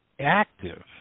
active